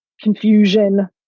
confusion